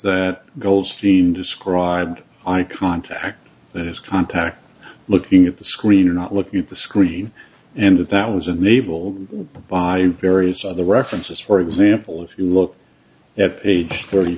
that goldstein described i contact that is contact looking at the screen or not looking at the screen and that that was enabled by various other references for example if you look at a thirty